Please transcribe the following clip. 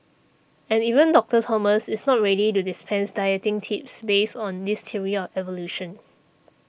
and even Doctor Thomas is not ready to dispense dieting tips based on this theory of evolution